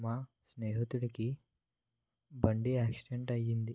మా స్నేహితుడికి బండి యాక్సిడెంట్ అయింది